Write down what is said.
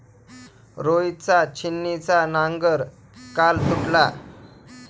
रोहितचा छिन्नीचा नांगर काल तुटला